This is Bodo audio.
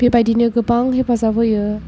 बेबायदिनो गोबां हेफाजाब होयो